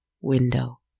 window